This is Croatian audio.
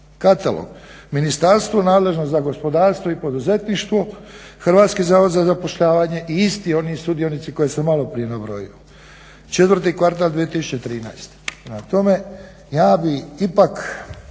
Katalog, ministarstvo nadležno za gospodarstvo i poduzetništvo, Hrvatski zavod za zapošljavanje i isti oni sudionici koje sam maloprije nabrojio. Četvrti kvartal 2013. Prema tome ja bih ipak